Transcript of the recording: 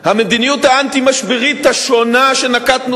המדיניות האנטי-משברית שנקטנו,